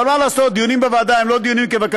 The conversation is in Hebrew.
אבל מה לעשות, דיונים בוועדה הם לא דיונים כבקשתך,